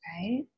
right